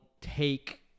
take